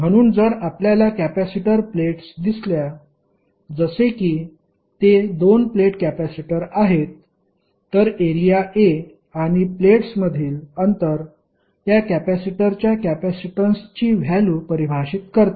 म्हणून जर आपल्याला कॅपेसिटर प्लेट्स दिसल्या जसे की ते दोन प्लेट कॅपेसिटर आहेत तर एरिया A आणि प्लेट्समधील अंतर त्या कॅपेसिटरच्या कॅपेसिटन्सची व्हॅल्यु परिभाषित करते